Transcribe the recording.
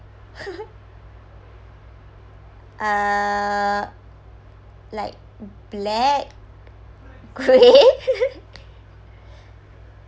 uh like black grey